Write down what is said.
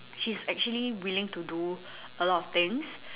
she's actually willing to do a lot of things